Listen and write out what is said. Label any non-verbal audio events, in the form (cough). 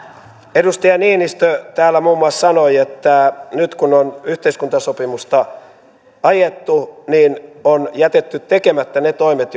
edustaja niinistö täällä sanoi muun muassa että nyt kun on yhteiskuntasopimusta ajettu niin on jätetty tekemättä ne toimet (unintelligible)